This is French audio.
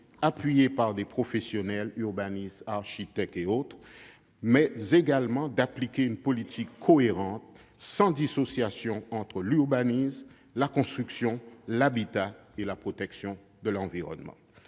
s'appuyant sur des professionnels, des urbanistes et des architectes notamment, mais également d'appliquer une politique cohérente, sans dissocier l'urbanisme, la construction, l'habitat et la protection de l'environnement.